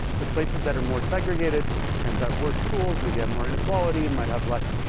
the places that are more segregated tend to have worse schools, maybe have more inequality, and might have less,